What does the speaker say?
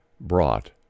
brought